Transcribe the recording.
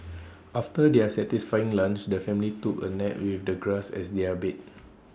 after their satisfying lunch the family took A nap with the grass as their bed